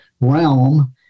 realm